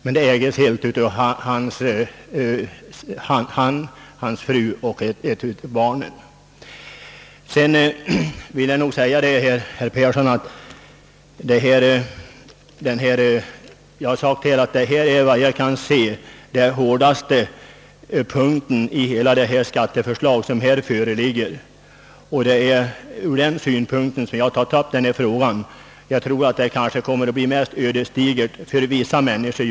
Det ägs helt av honom, hans fru och ett av barnen. Jag har sagt att detta enligt vad jag kan se är den hårdaste punkten i hela det skatteförslag som föreligger. Det är ur den synpunkten som jag har tagit upp denna fråga. Jag tror att verkningarna av detta förslag kan bli ödesdigra för vissa kategorier.